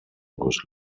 was